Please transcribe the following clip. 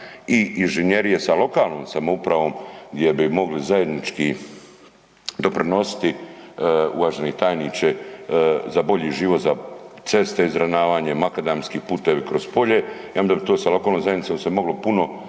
i inženjerije sa lokalnom samoupravom gdje bi mogli zajednički doprinositi uvaženi tajniče za bolji život, za ceste za izravnavanje makadamskih puteva kroz polja i onda bi to sa lokalnom zajednicom se moglo puno